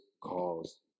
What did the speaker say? cause